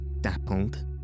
dappled